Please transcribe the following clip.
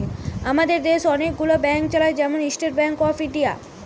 আমাদের দেশ অনেক গুলো ব্যাংক চালায়, যেমন স্টেট ব্যাংক অফ ইন্ডিয়া